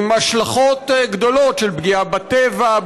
עם השלכות גדולות של פגיעה בטבע,